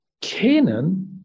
Canaan